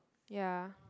ya